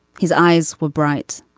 his eyes were bright.